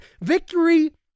Victory